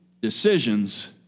Decisions